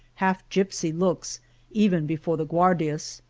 half-gypsy looks even before the guardias.